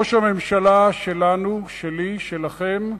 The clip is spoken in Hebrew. ראש הממשלה שלנו, שלי, שלכם,